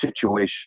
situation